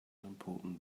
important